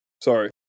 Sorry